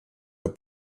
für